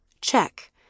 Check